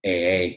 AA